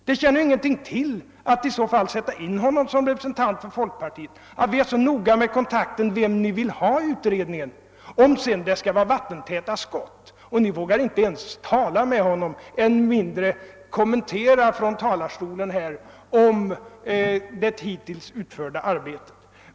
Det tjänar ju ingenting till att sätta in honom som representant för folkpartiet och det tjänar ingenting till att vi är så noga med kontakten när det gäller vem ni vill ha i utredningen, om det finns vattentäta skott mellan er och utredningsrepresentanten. Ni vågar inte tala med honom och än mindre från denna talarstol kommentera det hittills utförda arbetet.